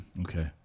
Okay